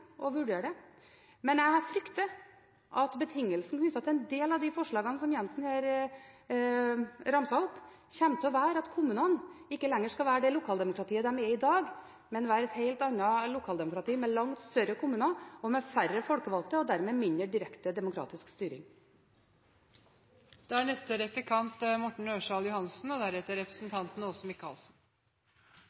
og vurdere det. Men jeg frykter at betingelsen knyttet til en del av de forslagene som Jenssen ramset opp her, kommer til å være at kommunene ikke lenger skal være det lokaldemokratiet som de er i dag, men at det skal være et helt annet lokaldemokrati – med langt større kommuner og med færre folkevalgte og dermed mindre direkte demokratisk styring.